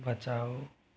बचाओ